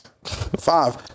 Five